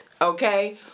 okay